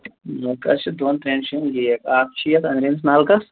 نَلکَس چھِ دۄن ترٛٮ۪ن جاین لیک اَکھ چھِ یَتھ أنٛدرمِس نَلکَس